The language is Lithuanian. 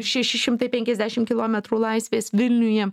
šeši šimtaio penkiasdešimt kilometrų laisvės vilniuje